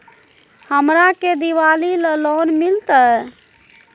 हमरा के दिवाली ला लोन मिलते?